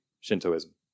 Shintoism